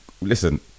Listen